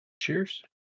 Cheers